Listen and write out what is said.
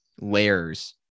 layers